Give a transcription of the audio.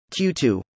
Q2